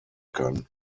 kann